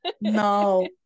No